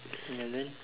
and then